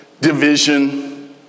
division